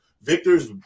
Victor's